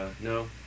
no